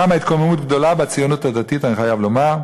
קמה התקוממות גדולה בציונות הדתית, אני חייב לומר,